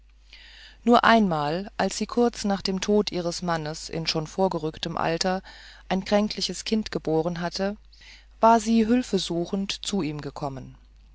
nur einmal als sie kurz nach dem tod ihres mannes in schon vorgerücktem alter ein kränkliches kind geboren hatte war sie hilfe suchend zu ihm gekommen